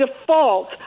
default